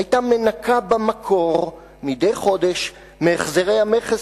היתה מנכה במקור מדי חודש מהחזרי המכס